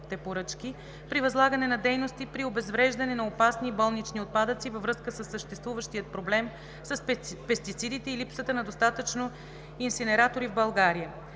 при възлагане на дейности при обезвреждане на опасни и болнични отпадъци, във връзка със съществуващия проблем с пестицидите и липсата на достатъчно инсинератори в България.